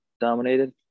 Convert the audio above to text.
dominated